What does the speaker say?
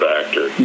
actor